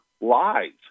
lies